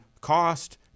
cost